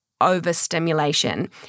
overstimulation